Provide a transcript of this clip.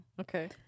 Okay